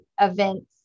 events